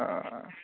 हय